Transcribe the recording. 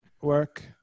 work